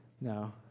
No